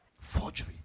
Forgery